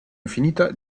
infinita